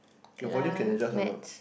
your volume can adjust or not